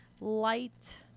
light